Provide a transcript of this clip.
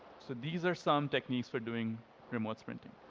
so these are some techniques for doing remote sprinting.